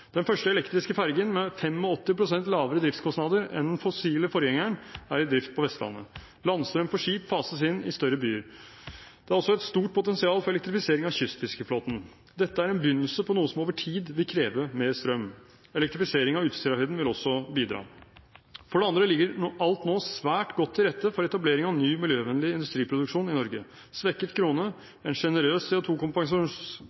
Den første elektriske fergen, med 85 pst. lavere driftskostnader enn den fossile forgjengeren, er i drift på Vestlandet. Landstrøm for skip fases inn i større byer. Det er også et stort potensial for elektrifisering av kystfiskeflåten. Dette er en begynnelse på noe som over tid vil kreve mer strøm. Elektrifisering av Utsirahøyden vil også bidra. For det andre ligger alt nå svært godt til rette for etablering av ny miljøvennlig industriproduksjon i Norge. Svekket krone, en generøs